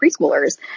preschoolers